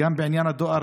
לעתיד.